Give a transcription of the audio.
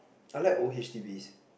I like old H_D_Bs